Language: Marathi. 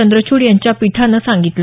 चंद्रचूड यांच्या पीठानं सांगितलं